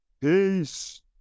Peace